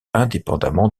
indépendamment